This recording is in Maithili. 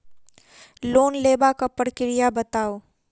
लोन लेबाक प्रक्रिया बताऊ?